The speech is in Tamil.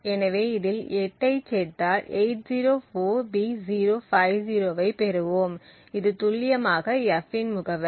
எனவே இதில் 8 ஐச் சேர்த்தால் 804B050 ஐப் பெறுவோம் இது துல்லியமாக f இன் முகவரி